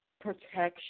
protection